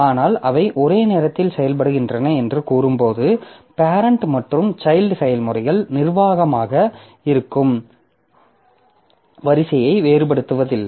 ஆனால் அவை ஒரே நேரத்தில் செயல்படுகின்றன என்று கூறும்போது பேரெண்ட் மற்றும் சைல்ட் செயல்முறைகள் நிர்வாகமாக இருக்கும் வரிசையை வேறுபடுத்துவதில்லை